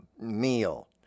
meal